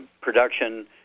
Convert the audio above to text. production